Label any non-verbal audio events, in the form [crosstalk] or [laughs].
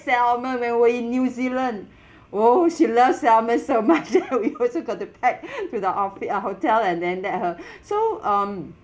salmon when we were in new zealand [breath] !whoa! she loves salmon so much [laughs] then we also got to pack [laughs] to the offi~ uh hotel and then let her [breath] so um